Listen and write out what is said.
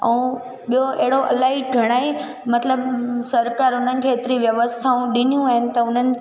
ऐं ॿियो अहिड़ो इलाही घणेई मतिलबु सरकार हुननि खे हेतिरी व्यवस्थाऊं ॾिनियूं आहिनि त हुननि